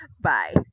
bye